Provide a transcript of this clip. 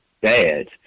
bad